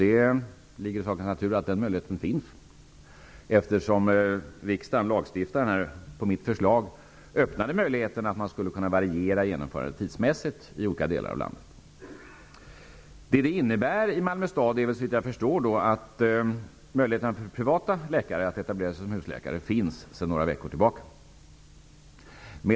Det ligger i sakens natur att denna möjlighet finns eftersom riskdagen på mitt förslag öppnade möjligheten att variera genomförandet tidsmässigt i olika delar av landet. Såvitt jag förstår innebär detta att möjligheten för privata läkare att etablera sig som husläkare i Malmö finns sedan några veckor tillbaka.